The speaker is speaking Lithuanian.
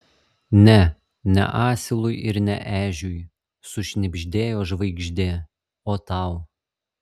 ne ne asilui ir ne ežiui sušnibždėjo žvaigždė o tau